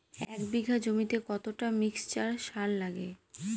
এক বিঘা জমিতে কতটা মিক্সচার সার লাগে?